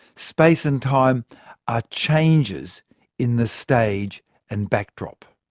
space and time are changes in the stage and backdrop.